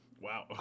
Wow